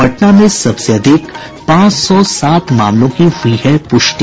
पटना में सबसे अधिक पांच सौ सात मामलों की हुयी है पुष्टि